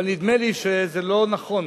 אבל נדמה לי שזה לא נכון